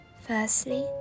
Firstly